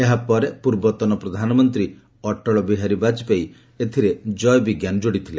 ଏହାପରେ ପୂର୍ବତନ ପ୍ରଧାନମନ୍ତ୍ରୀ ଅଟଳ ବିହାରୀ ବାଜପେୟୀ ଏଥିରେ ଜୟ ବିଜ୍ଞାନ ଯୋଡ଼ିଥିଲେ